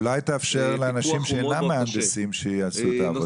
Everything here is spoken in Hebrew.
פיקוח --- אולי תאפשר לאנשים שאינם מהנדסים לעשות את העבודה.